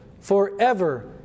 forever